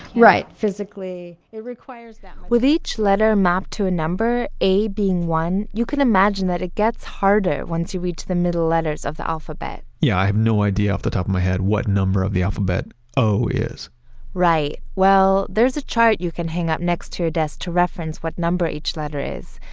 right. physically, it requires that much with each letter mapped to a number a being one you can imagine that it gets harder once you reach the middle letters of the alphabet yeah, i you know idea off the top of my head what number of the alphabet o is right. well, there's a chart you can hang up next to your desk to reference what number each letter is.